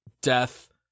death